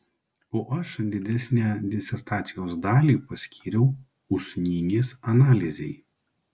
o aš didesnę disertacijos dalį paskyriau usnynės analizei